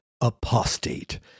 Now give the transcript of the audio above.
Apostate